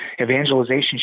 evangelization